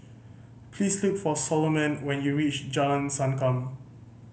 please look for Solomon when you reach Jalan Sankam